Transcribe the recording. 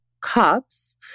cups